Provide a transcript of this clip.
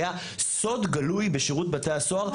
היה סוד גלוי בשירות בתי הסוהר,